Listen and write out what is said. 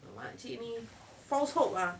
makcik ni false hope ah